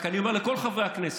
אני רק אומר לכל חברי הכנסת,